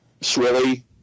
Swilly